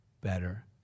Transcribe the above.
better